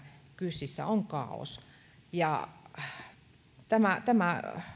kysissä on kaaos tämä tämä